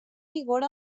vigor